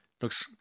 looks